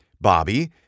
Bobby